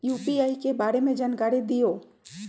UPI के बारे में जानकारी दियौ?